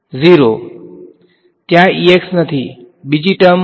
0 ત્યાં નથી બીજી ટર્મ